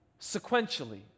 sequentially